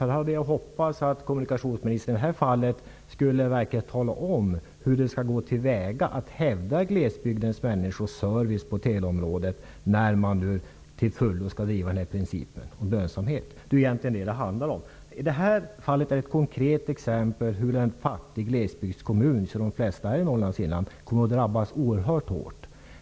Jag hade därför hoppats att kommunikationsministern i detta fall skulle redovisa hur man skall gå till väga för att hävda glesbygdsmänniskors service på teleområdet när man till fullo skall driva lönsamhetsprincipen. Det är ju egentligen det som det handlar om. Vi kan här konkret se hur en fattig glesbygdskommun, som de flesta kommuner i Norrlands inland är, kommer att drabbas oerhört hårt.